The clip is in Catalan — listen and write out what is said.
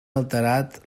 alterat